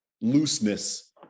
looseness